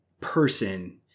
person